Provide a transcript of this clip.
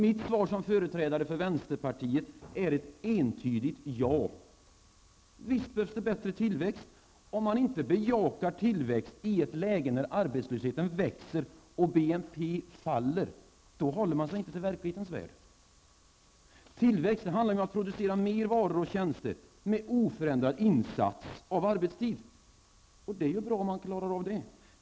Mitt svar som företrädare för vänsterpartiet är ett entydigt ja. Visst behövs det bättre tillväxt. Om man inte bejakar tillväxt i ett läge när arbetslösheten växer och BNP faller håller man sig inte till verklighetens värld. Tillväxt handlar om att producera mer varor och tjänster med oförändrad insats av arbetstid. Det är bra om man klarar av det.